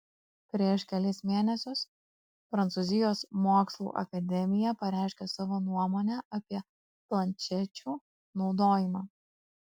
prieš kelis mėnesius prancūzijos mokslų akademija pareiškė savo nuomonę apie planšečių naudojimą